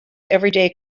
everyday